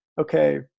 okay